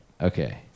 Okay